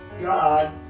God